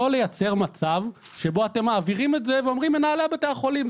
לא לייצר מצב שבו אתם מעבירים את זה ואומרים מנהלי בתי החולים.